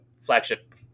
flagship